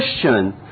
Christian